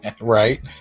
Right